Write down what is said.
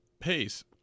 pace